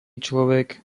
človek